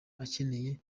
akeneye